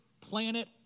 planet